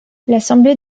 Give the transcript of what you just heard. l’assemblée